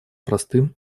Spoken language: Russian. простым